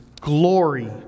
glory